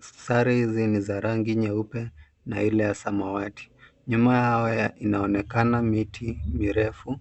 sare hizi za rangi nyeupe na ile ya samawati. Nyuma yao inaonekana miti mirefu.